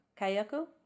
Kayako